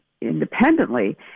independently